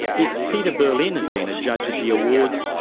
if peter berlyn had been a judge at the awards,